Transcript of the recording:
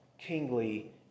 kingly